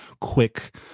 quick